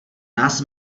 nás